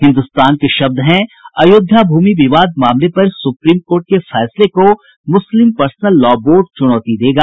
हिन्दुस्तान के शब्द हैं अयोध्या भूमि विवाद मामले पर सुप्रीम कोर्ट के फैसले को मुस्लिम पर्सनल लॉ बोर्ड चूनौती देगा